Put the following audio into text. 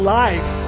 life